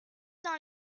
dans